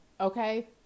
Okay